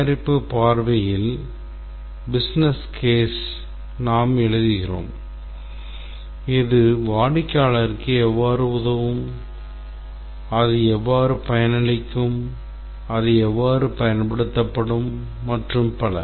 தயாரிப்பு பார்வையில் business case நாங்கள் இங்கு எழுதுகிறோம் அது வாடிக்கையாளருக்கு எவ்வாறு உதவும் அது எவ்வாறு பயனளிக்கும் அது எவ்வாறு பயன்படுத்தப்படும் மற்றும் பல